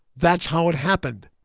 that's how it happened.